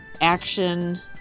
action